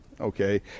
okay